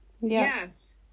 Yes